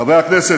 חברי הכנסת,